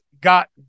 got